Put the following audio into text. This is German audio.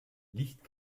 licht